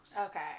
Okay